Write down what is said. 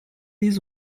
his